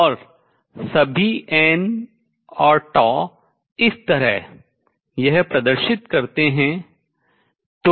और सभी n और इस तरह represent प्रदर्शित करता है